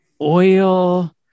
oil